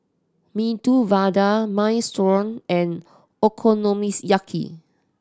Medu Vada Minestrone and Okonomiyaki